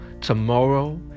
tomorrow